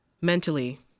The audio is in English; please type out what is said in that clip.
mentally